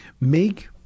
Make